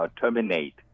terminate